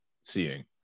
seeing